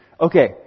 Okay